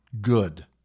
good